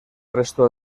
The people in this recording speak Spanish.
resto